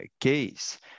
case